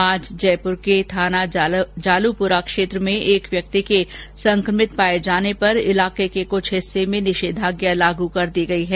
आज जयपुर के थाना जालुपूरा क्षेत्र में एक व्यक्ति के संक्रमित पाए जाने पर इलाके के कुछ हिस्से में निषेधाज्ञा लागू कर दी गयी है